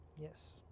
Yes